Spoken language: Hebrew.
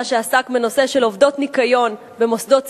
בנושא של עובדות ניקיון במוסדות ציבוריים,